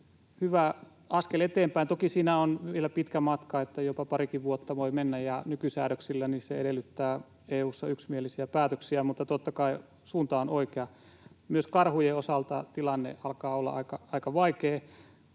hyvä askel eteenpäin. Toki siinä on vielä pitkä matka, jopa parikin vuotta voi mennä ja nykysäädöksillä se edellyttää EU:ssa yksimielisiä päätöksiä, mutta totta kai suunta on oikea. Myös karhujen osalta tilanne alkaa olla aika vaikea